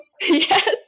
Yes